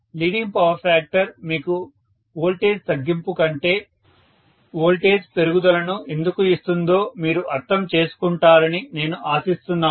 leading power factor మీకు voltage తగ్గింపు కంటే వోల్టేజ్ పెరుగుదలను ఎందుకు ఇస్తుందో మీరు అర్థం చేసుకుంటారని నేను ఆశిస్తున్నాను